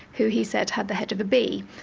who he said had the head of a bee.